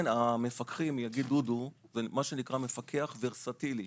המפקחים יגיד דודו, הם מפקחים ורסטיליים.